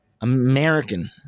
American